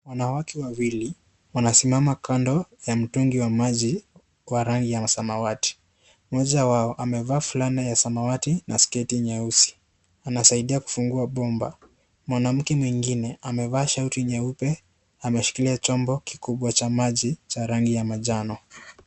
Wanawake wawili wanasimama kando ya mtungi wa maji wa rangi ya samawati, mmoja wao anavaa fulana ya samawati na sketi nyeusi anasaidia kufungua bomba, mwanamke mwingine amevaa shati nyeupe ameshikilia chombo kikubwa cha maji ya rangi ya manjano.